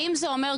האם זה אומר,